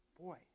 boy